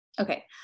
Okay